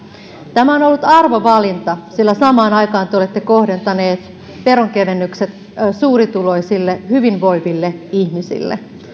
tämä on on ollut arvovalinta sillä samaan aikaan te olette kohdentaneet veronkevennykset suurituloisille hyvinvoiville ihmisille